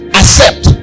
accept